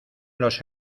los